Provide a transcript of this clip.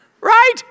Right